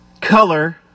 color